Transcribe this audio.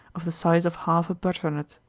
of the size of half a butternut.